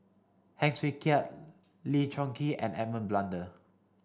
Heng Swee Keat Lee Choon Kee and Edmund Blundell